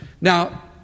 Now